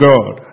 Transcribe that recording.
God